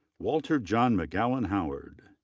walter-john mcgowan howard.